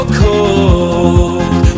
cold